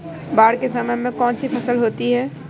बाढ़ के समय में कौन सी फसल होती है?